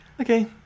Okay